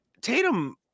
Tatum